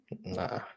Nah